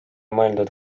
mõeldud